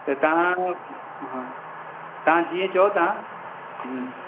त तव्हां हां तव्हां जीअं चओ तव्हां